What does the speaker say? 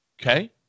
Okay